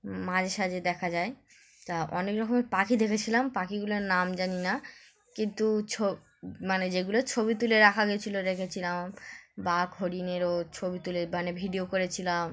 মাঝে সাঝে দেখা যায় তা অনেক রকমের পাখি দেখেছিলাম পাখিগুলোর নাম জানি না কিন্তু মানে যেগুলো ছবি তুলে রাখা গিয়েছিলো রেখেছিলাম বা হরিণেরও ছবি তুলে মানে ভিডিও করেছিলাম